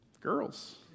Girls